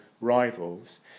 rivals